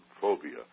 phobia